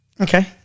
Okay